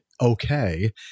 okay